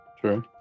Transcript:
True